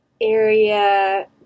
area